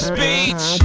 Speech